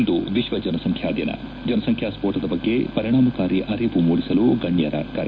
ಇಂದು ವಿಶ್ವ ಜನಸಂಖ್ಯಾ ದಿನ ಜನಸಂಖ್ಯಾ ಸ್ಫೋಟದ ಬಗ್ಗೆ ಪರಿಣಾಮಕಾರಿ ಅರಿವು ಮೂಡಿಸಲು ಗಣ್ಯರ ಕರೆ